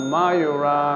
Mayura